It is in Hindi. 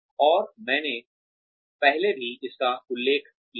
और मैंने पहले भी इसका उल्लेख किया है